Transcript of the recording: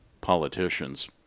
politicians